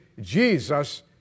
Jesus